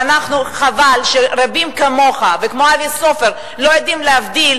וחבל שרבים כמוך וכמו אבי סופר לא יודעים להבדיל,